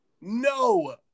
No